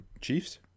Chiefs